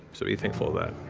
so be thankful of that.